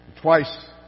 Twice